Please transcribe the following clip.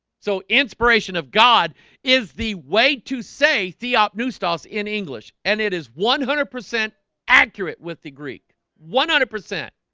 so inspiration of god is the way to say theopneustos in english and it is one hundred percent accurate with the greek one hundred percent